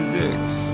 dicks